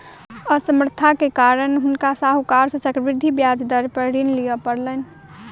असमर्थता के कारण हुनका साहूकार सॅ चक्रवृद्धि ब्याज दर पर ऋण लिअ पड़लैन